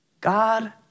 God